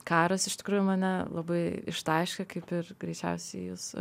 karas iš tikrųjų mane labai ištaškė kaip ir greičiausiai jus